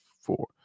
four